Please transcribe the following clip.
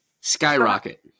skyrocket